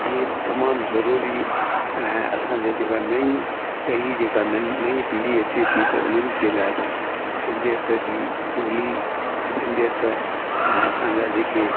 ईअ तमामु ज़़रूरी ऐं असांजे जेका नई टही जेका नई पीढी अचे थी त हुननि जे लाइ बि सिंधीयत जी बोली सिंधीयत ऐं असांजा जेके